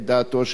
דעתו של השר.